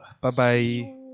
Bye-bye